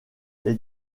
les